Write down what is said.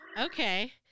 Okay